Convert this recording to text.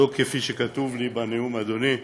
לא כפי שכתוב לי בנאום, אדוני,